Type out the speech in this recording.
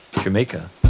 Jamaica